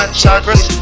Chakras